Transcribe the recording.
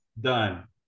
Done